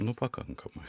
nu pakankamai